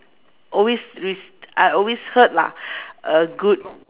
always ris~ I always heard lah err good